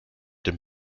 dem